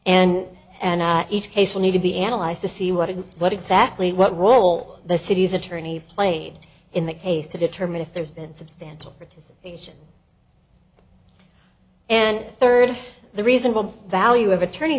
and and each case will need to be analyzed to see what and what exactly what role the city's attorney played in the case to determine if there's been substantial participation and third the reasonable value of attorney